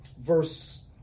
verse